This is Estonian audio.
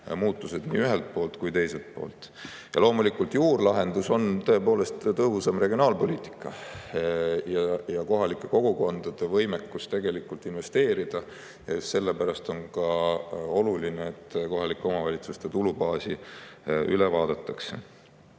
muutused nii ühelt kui teiselt poolt. Loomulikult juurlahendus on tõepoolest tõhusam regionaalpoliitika ja kohalike kogukondade võimekus tegelikult investeerida. Sellepärast on ka oluline, et kohalike omavalitsuste tulubaas üle vaadatakse.